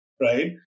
right